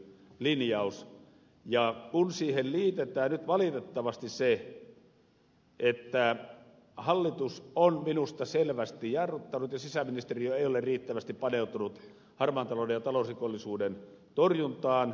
aika mielenkiintoinen tekstinkäsittelylinjaus kun siihen liitetään nyt valitettavasti se että hallitus on minusta selvästi jarruttanut ja sisäministeriö ei ole riittävästi paneutunut harmaan talouden ja talousrikollisuuden torjuntaan